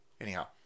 Anyhow